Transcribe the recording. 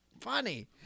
funny